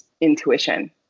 intuition